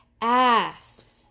ass